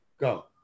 Go